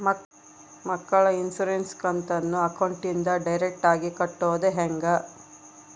ಮಕ್ಕಳ ಇನ್ಸುರೆನ್ಸ್ ಕಂತನ್ನ ಅಕೌಂಟಿಂದ ಡೈರೆಕ್ಟಾಗಿ ಕಟ್ಟೋದು ಹೆಂಗ?